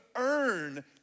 earn